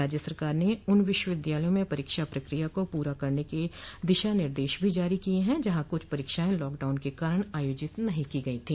राज्य सरकार ने उन विश्वविद्यालयों में परीक्षा प्रक्रिया को पूरा करने क लिये दिशा निर्देश भी जारी किये हैं जहां कुछ परीक्षाएं लॉकडाउन के कारण आयोजित नहीं की गई थी